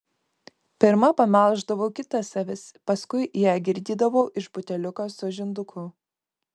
pirma pamelždavau kitas avis paskui ją girdydavau iš buteliuko su žinduku